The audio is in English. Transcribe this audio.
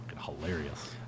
hilarious